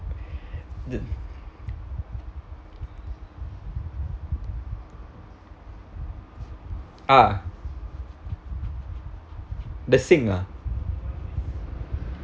ah the sink ah